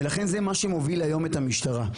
ולכן, זה מה שמוביל היום את המשטרה.